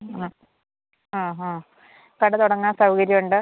hello ആ ഹാ കട തുടങ്ങാൻ സൗകര്യം ഉണ്ട്